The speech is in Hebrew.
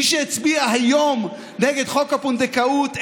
מי שהצביע היום נגד חוק הפונדקאות,